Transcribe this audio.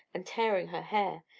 and tearing her hair,